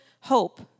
hope